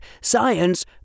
science